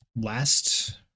last